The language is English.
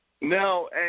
No